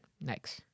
Next